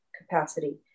capacity